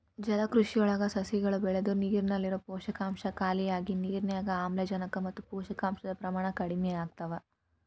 ಜಲಕೃಷಿಯೊಳಗ ಸಸಿಗಳು ಬೆಳದು ನೇರಲ್ಲಿರೋ ಪೋಷಕಾಂಶ ಖಾಲಿಯಾಗಿ ನಿರ್ನ್ಯಾಗ್ ಆಮ್ಲಜನಕ ಮತ್ತ ಪೋಷಕಾಂಶದ ಪ್ರಮಾಣ ಕಡಿಮಿಯಾಗ್ತವ